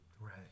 Right